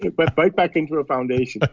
but but right back into a foundation. ah